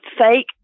fake